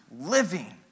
living